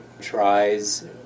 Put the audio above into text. tries